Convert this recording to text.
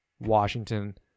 Washington